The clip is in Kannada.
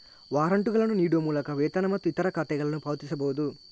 ವಾರಂಟುಗಳನ್ನು ನೀಡುವ ಮೂಲಕ ವೇತನ ಮತ್ತು ಇತರ ಖಾತೆಗಳನ್ನು ಪಾವತಿಸಬಹುದು